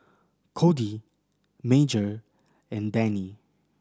Codi Major and Dannie